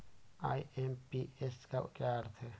IMPS का क्या अर्थ है?